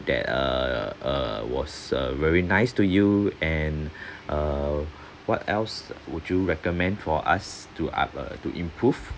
that err was uh very nice to you and uh what else would you recommend for us to u~ to improve